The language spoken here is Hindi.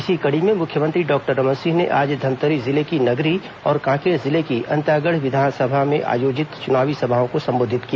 इसी कड़ी में मुख्यमंत्री डॉक्टर रमन सिंह ने आज धमतरी जिले की नगरी और कांकेर जिले की अंतागढ़ विधानसभा में आयोजित चुनावी सभाओं को संबोधित किया